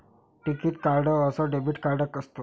टिकीत कार्ड अस debit card काय असत?